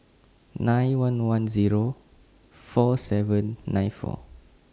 nine one one Zero four seven nine four